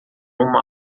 uma